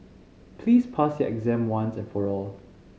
please pass your exam once and for all